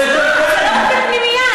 זה יותר קל להן, מה זה?